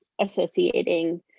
associating